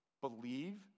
believe